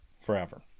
forever